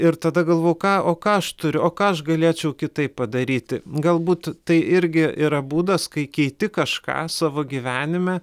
ir tada galvoju ką o ką aš turiu o ką aš galėčiau kitaip padaryti galbūt tai irgi yra būdas kai keiti kažką savo gyvenime